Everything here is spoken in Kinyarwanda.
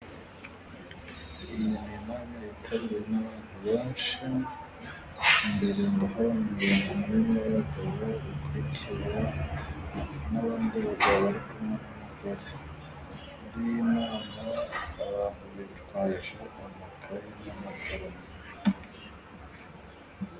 Inama yitabiriwe n'abantu benshi , imbere ndabona abagabo bamukurikiye n'abandi bagabo barangaye, muri iyi nama abantu bitwaje amakayi n'amakaramu.